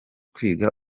kwiga